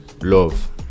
love